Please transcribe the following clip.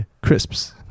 crisps